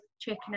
checking